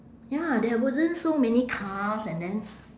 ya there wasn't so many cars and then